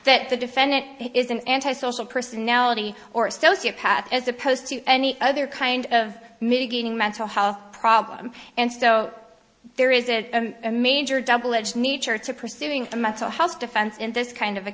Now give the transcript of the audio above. that the defendant is an anti social personality or sociopath as opposed to any other kind of mitigating mental health problem and so there is a major double edged nature to pursuing a mental health defense in this kind of a